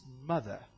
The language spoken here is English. mother